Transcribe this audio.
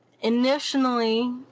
initially